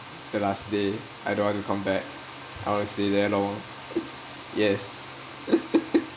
the last day I don't want to come back I want to stay there lor yes